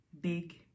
big